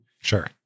Sure